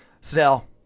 Snell